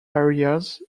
areas